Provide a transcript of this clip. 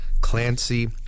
Clancy